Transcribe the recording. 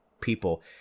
people